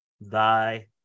thy